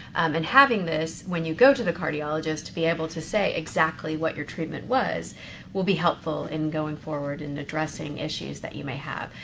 and having this, when you go to the cardiologist, to be able to say exactly what your treatment was will be helpful in going forward and addressing issues that you may have.